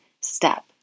step